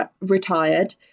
retired